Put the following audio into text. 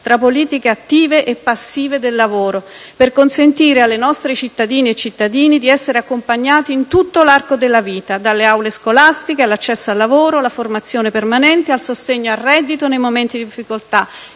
tra politiche attive e passive del lavoro, per consentire alle nostre cittadine e cittadini di essere accompagnati in tutto l'arco della vita: dalle aule scolastiche, all'accesso al lavoro, alla formazione permanente, al sostegno al reddito nei momenti di difficoltà.